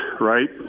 right